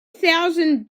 thousand